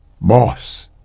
boss